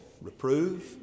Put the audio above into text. reprove